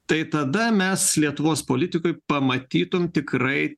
tai tada mes lietuvos politikoj pamatytum tikrai